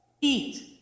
eat